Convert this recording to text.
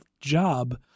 job